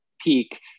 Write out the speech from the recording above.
peak